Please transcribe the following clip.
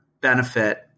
benefit